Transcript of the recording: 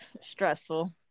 stressful